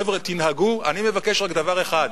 חבר'ה, תנהגו, אני מבקש רק דבר אחד,